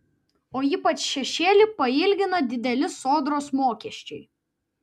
o ypač šešėlį pailgina dideli sodros mokesčiai